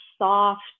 soft